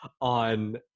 on